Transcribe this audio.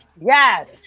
Yes